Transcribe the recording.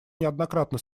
неоднократно